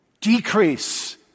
decrease